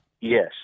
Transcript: Yes